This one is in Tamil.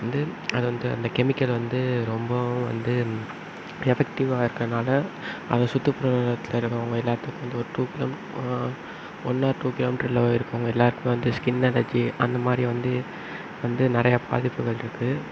வந்து அதை வந்து அந்த கெமிக்கலை வந்து ரொம்பவும் வந்து எஃபெக்ட்டிவாக ஆயிருக்கனால் அங்கே சுத்துப்புறத்தில் இருக்கிறவங்க எல்லாத்துக்கும் வந்து ஒரு தூக்கம் ஒன் ஆர் டூ கிலோமீட்டரில் இருக்கவங்க எல்லாருக்கும் வந்து ஸ்கின் அலர்ஜி அந்த மாதிரி வந்து வந்து நிறையா பாதிப்புகளிருக்கு